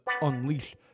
Unleash